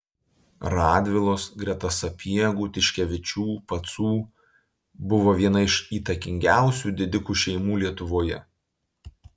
radvilos greta sapiegų tiškevičių pacų buvo viena iš įtakingiausių didikų šeimų lietuvoje